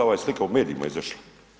Ova je slika u medijima izašla.